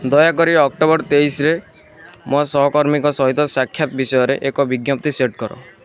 ଦୟାକରି ଅକ୍ଟୋବର ତେଇଶରେ ମୋ ସହକର୍ମୀଙ୍କ ସହିତ ସାକ୍ଷାତ ବିଷୟରେ ଏକ ବିଜ୍ଞପ୍ତି ସେଟ୍ କର